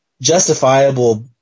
justifiable